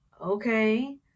Okay